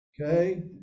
Okay